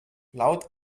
laut